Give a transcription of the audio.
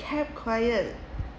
kept quiet